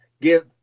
give